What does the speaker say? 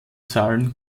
zahlen